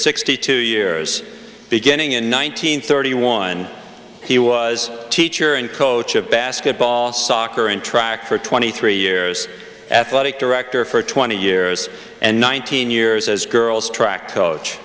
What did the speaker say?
sixty two years beginning in one thousand nine hundred thirty one he was teacher and coach of basketball soccer and track for twenty three years athletic director for twenty years and nineteen years as girls track coach